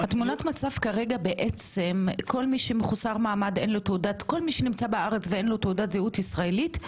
כרגע בעצם כל מי שנמצא בארץ ואין לו תעודת זהות ישראלית,